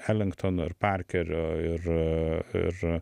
elingtono ir parkerio ir ir